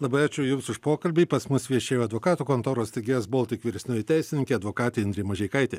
labai ačiū jums už pokalbį pas mus viešėjo advokatų kontoros tgs baltic vyresnioji teisininkė advokatė indrė mažeikaitė